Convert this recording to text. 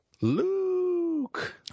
Luke